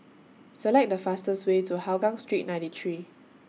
Select The fastest Way to Hougang Street ninety three